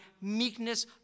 meekness